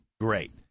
great